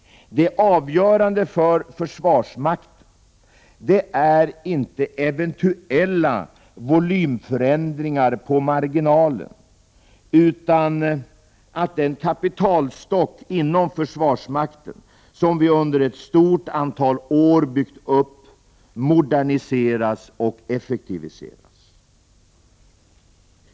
Det avgörande för försvarskraften är inte eventuella volymförändringar på marginalen utan att den kapitalstock inom försvarsmakten, som vi under ett stort antal år byggt upp, moderniseras och effektiviseras.